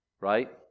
right